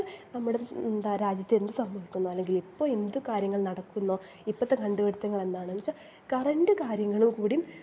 ഇപ്പോൾ നമ്മുടെ രാജ്യത്ത് എന്ത് സംഭവിക്കുന്നു അല്ലെങ്കിൽ ഇപ്പോൾഎന്ത് കാര്യങ്ങൾ നടക്കുന്നോ ഇപ്പോഴത്തെ കണ്ട് പിടുത്തങ്ങൾ എന്താണെന്ന് വച്ചാൽ കറൻ്റ് കാര്യങ്ങളും കൂടി